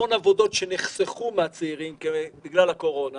המון עבודות נחסכו מהצעירים בגלל הקורונה